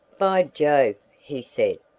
by jove! he said,